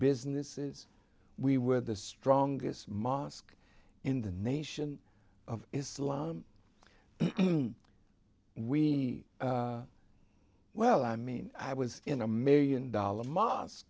businesses we were the strongest mosque in the nation of islam we well i mean i was in a million